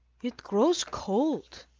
it grows cold,